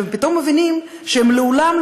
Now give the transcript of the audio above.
ופתאום מבינות שהן לעולם,